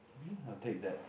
maybe i'll take that